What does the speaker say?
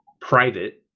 private